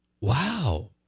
wow